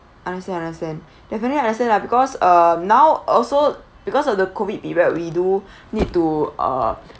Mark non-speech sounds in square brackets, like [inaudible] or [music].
understand understand [breath] definitely understand lah because uh now also because of the COVID period we do [breath] need to uh [breath]